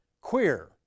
queer